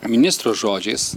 ministro žodžiais